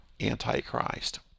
Antichrist